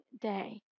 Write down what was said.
day